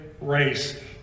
race